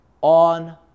On